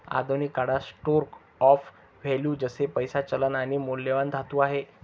आधुनिक काळात store of value जसे पैसा, चलन आणि मौल्यवान धातू आहे